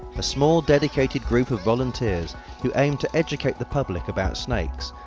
a small dedicated group of volunteers who aim to educate the public about snakes,